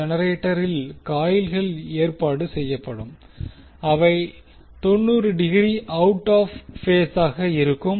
ஜெனரேட்டரில் காயில்கள் ஏற்பாடு செய்யப்படும் அவை 90 டிகிரி அவுட் ஆப் பேசாக இருக்கும் இருக்கும்